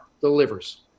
delivers